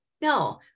no